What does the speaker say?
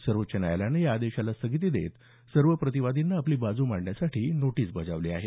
सर्वोच्च न्यायालयानं या आदेशाला स्थगिती देत सर्व प्रतिवादींना आपली बाजू मांडण्यासाठी नोटीस बजावली आहे